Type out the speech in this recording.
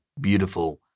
beautiful